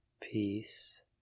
peace